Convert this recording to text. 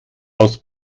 aus